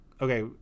okay